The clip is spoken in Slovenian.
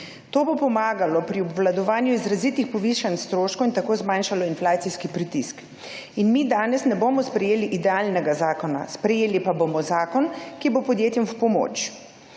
To bo pomagalo pri obvladovanju izrazitih povišanj stroškov in tako zmanjšalo inflacijski pritisk in mi danes ne bomo sprejeli idealnega zakona. Sprejeli pa bomo zakon, ki bo podjetjem v pomoč.